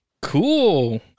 Cool